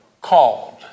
called